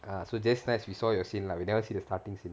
err so just nice we saw your scene lah we never see the starting scene